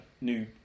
new